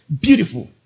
Beautiful